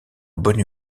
bonne